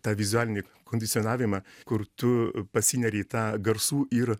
tą vizualinį kondicionavimą kur tu pasineri į tą garsų ir